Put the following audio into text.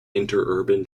interurban